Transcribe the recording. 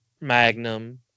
magnum